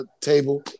table